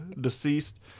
deceased